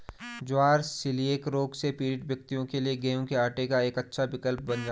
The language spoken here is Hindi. ज्वार सीलिएक रोग से पीड़ित व्यक्तियों के लिए गेहूं के आटे का एक अच्छा विकल्प बन जाता है